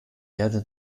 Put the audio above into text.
erde